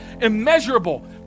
immeasurable